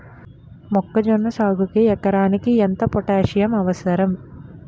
మొక్కజొన్న సాగుకు ఎకరానికి ఎంత పోటాస్సియం అవసరం?